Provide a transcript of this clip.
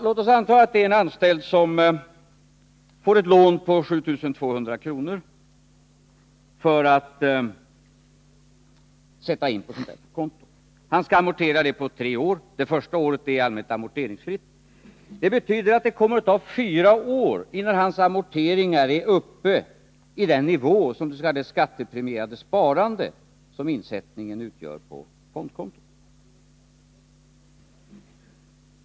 Låt oss då anta att en anställd får ett lån på 7 200 kr. för att sätta in pengar på ett sådant här konto. Han skall amortera lånet på tre år. Det första året är i allmänhet amorteringsfritt. Det betyder att det kommer att ta fyra år innan hans amorteringar är uppe i den nivå som det s.k. skattepremierade sparande som insättningen på fondkonto utgör.